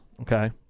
okay